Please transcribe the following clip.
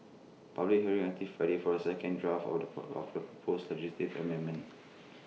public hearing until Friday for the second draft of the of pose legislative amendments